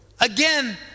Again